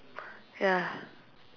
ya